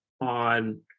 on